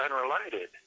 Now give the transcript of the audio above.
unrelated